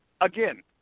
Again